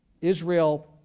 Israel